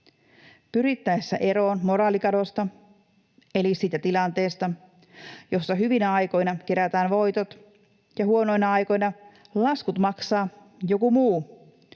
Pyrittäessä eroon moraalikadosta eli siitä tilanteesta, jossa hyvinä aikoina kerätään voitot ja huonoina aikoina laskut maksaa joku muu,